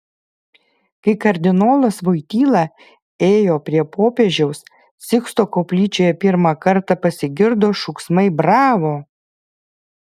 kai kardinolas voityla ėjo prie popiežiaus siksto koplyčioje pirmą kartą pasigirdo šūksmai bravo